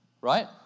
right